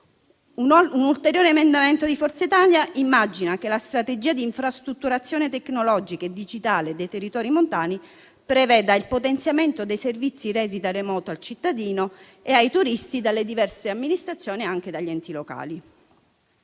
Un ulteriore emendamento di Forza Italia immagina che la strategia di infrastrutturazione tecnologica e digitale dei territori montani preveda il potenziamento dei servizi resi da remoto al cittadino e ai turisti dalle diverse amministrazioni, anche dagli enti locali.